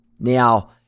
Now